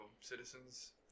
citizens